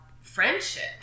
friendship